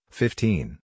fifteen